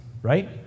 Right